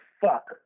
fuck